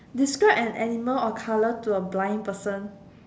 describe an animal or a colour to a blind person